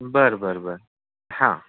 बरं बरं बरं हा